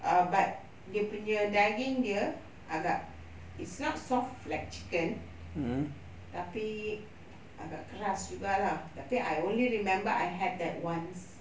err but dia punya daging dia agak it's not soft like chicken tapi agak keras juga lah tapi I only remember I had that once